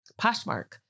Poshmark